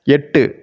எட்டு